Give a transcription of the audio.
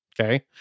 Okay